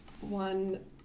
one